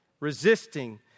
Resisting